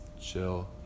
chill